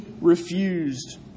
refused